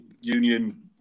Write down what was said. Union